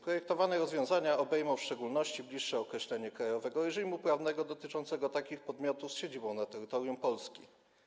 Projektowane rozwiązania obejmą w szczególności bliższe określenie krajowego reżimu prawnego dotyczącego takich podmiotów z siedzibą na terytorium Polski.